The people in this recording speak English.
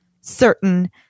certain